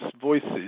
voices